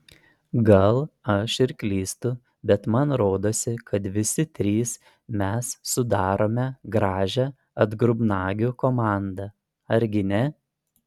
gal aš ir klystu bet man rodosi kad visi trys mes sudarome gražią atgrubnagių komandą argi ne